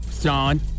Sean